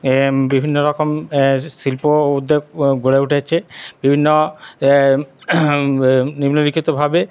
বিভিন্ন রকম শিল্প উদ্যোগ গড়ে উঠেছে বিভিন্ন নিম্নলিখিতভাবে